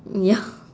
ya